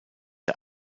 der